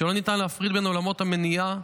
לא ניתן להפריד בין עולמות המניעה,